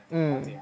mm